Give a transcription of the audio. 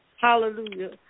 Hallelujah